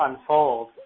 unfold